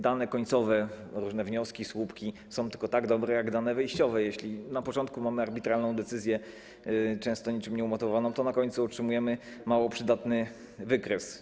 Dane końcowe, różne wnioski, słupki są tylko tak dobre, jak dane wyjściowe, jeśli na początku mamy arbitralną decyzję, często niczym nieumotywowaną, to na końcu otrzymujemy mało przydatny wykres.